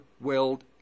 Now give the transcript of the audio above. Weld